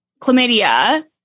chlamydia